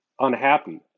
Unhappy